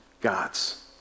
gods